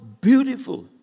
beautiful